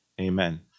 Amen